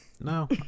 No